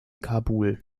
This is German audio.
kabul